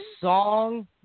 song